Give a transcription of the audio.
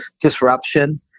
disruption